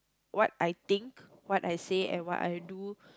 what I think what I say and what I do